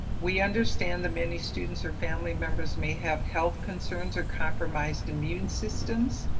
we understand that many students or family members may have health concerns, or compromised immune systems.